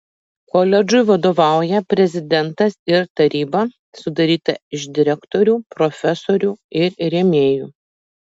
koledžui vadovauja prezidentas ir taryba sudaryta iš direktorių profesorių ir rėmėjų